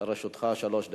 לרשותך שלוש דקות.